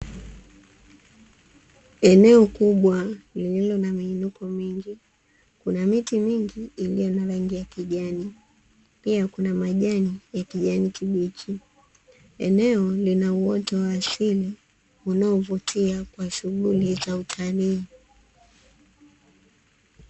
Eneo kubwa lililo na miinuko mingi, kuna miti mingi iliyo na rangi ya kijani. Pia kuna majani ya kijani kibichi. Eneo lina uoto wa asili unaovutia kwa shughuli za utalii.